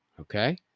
Okay